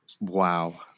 Wow